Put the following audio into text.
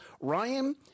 Ryan